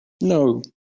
No